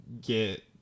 get